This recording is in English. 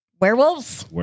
Werewolves